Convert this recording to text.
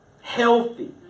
healthy